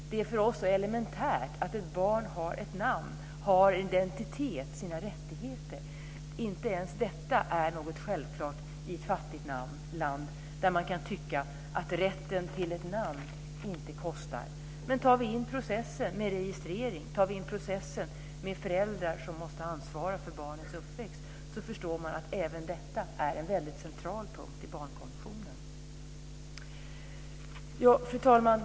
Det är för oss så elementärt att ett barn har ett namn, en identitet och sina rättigheter. Inte ens detta är något självklart i ett fattigt land där man kan tycka att rätten till ett namn inte kostar. Men om vi tar in processen med registrering och processen med föräldrar som måste ansvara för barnets uppväxt, så förstår man att även detta är en väldigt central punkt i barnkonventionen. Fru talman!